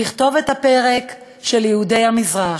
לכתוב את הפרק של יהודי המזרח,